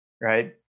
right